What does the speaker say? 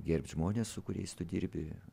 gerbt žmones su kuriais tu dirbi